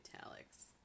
italics